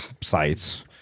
sites